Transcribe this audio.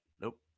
Nope